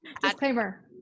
Disclaimer